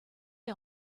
est